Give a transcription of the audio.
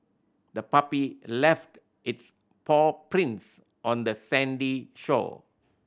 the puppy left its paw prints on the sandy shore